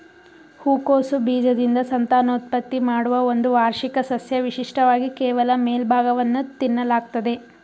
ಹೂಕೋಸು ಬೀಜದಿಂದ ಸಂತಾನೋತ್ಪತ್ತಿ ಮಾಡುವ ಒಂದು ವಾರ್ಷಿಕ ಸಸ್ಯ ವಿಶಿಷ್ಟವಾಗಿ ಕೇವಲ ಮೇಲ್ಭಾಗವನ್ನು ತಿನ್ನಲಾಗ್ತದೆ